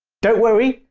don't worry,